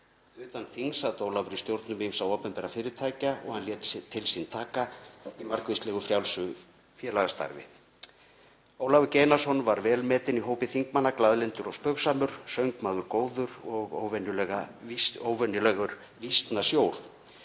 Utan þings sat Ólafur í stjórnum ýmissa opinberra fyrirtækja og hann lét til sín taka í starfi frjálsra félagasamtaka. Ólafur G. Einarsson var vel metinn í hópi þingmanna, glaðlyndur og spaugsamur, söngmaður góður og óvenjulegur vísnasjór.